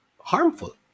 harmful